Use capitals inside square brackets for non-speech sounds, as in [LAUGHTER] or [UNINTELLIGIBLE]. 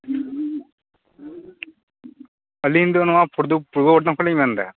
ᱟ ᱞᱤᱧ ᱫᱚ ᱱᱚᱣᱟ ᱯᱩᱨᱫᱚ [UNINTELLIGIBLE] ᱯᱩᱨᱵᱚ ᱵᱚᱨᱫᱷᱚᱢᱟᱱ ᱠᱷᱚᱱ ᱞᱤᱧ ᱢᱮᱱᱫᱟ